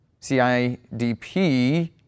CIDP